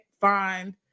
find